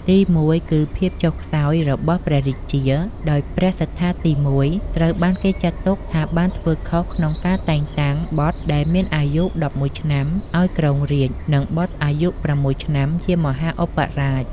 ទីមួយគឺ ភាពចុះខ្សោយរបស់ព្រះរាជា ដោយព្រះសត្ថាទី១ ត្រូវបានគេចាត់ទុកថាបានធ្វើខុសក្នុងការតែងតាំងបុត្រដែលមានអាយុ ១១ ឆ្នាំឱ្យគ្រងរាជ្យ និងបុត្រអាយុ ៦ ឆ្នាំជាមហាឧបរាជ។